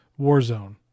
Warzone